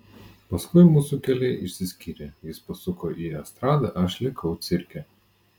paskui mūsų keliai išsiskyrė jis pasuko į estradą aš likau cirke